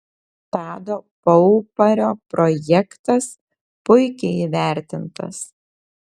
tado paupario projektas puikiai įvertintas